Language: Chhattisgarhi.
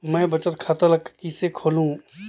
मैं बचत खाता ल किसे खोलूं?